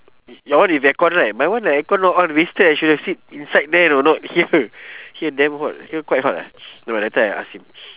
your one with aircon right my one the aircon not on wasted I should have sit inside there you know not here here damn hot here quite hot ah nevermind later I ask him